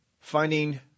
Finding